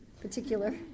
particular